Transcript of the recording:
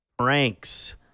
Ranks